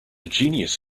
genius